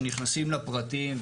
שנכנסים לפרטים,